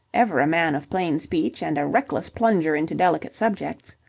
ever a man of plain speech and a reckless plunger into delicate subjects.